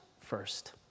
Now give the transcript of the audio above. first